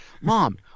Mom